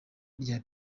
rya